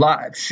Live